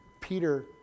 Peter